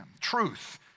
Truth